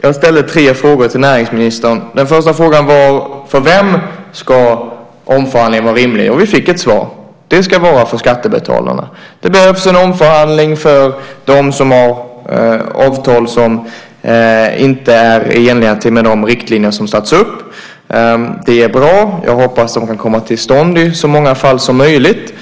Jag ställde tre frågor till näringsministern. Den första frågan var: För vem ska omförhandling vara rimlig? Vi fick ett svar: Det ska vara för skattebetalarna. Det behövs en omförhandling för dem som har avtal som inte är i enlighet med de riktlinjer som satts upp. Det är bra. Jag hoppas att de kan komma till stånd i så många fall som möjligt.